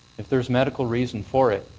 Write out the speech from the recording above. if there is medical reason for it,